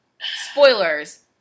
spoilers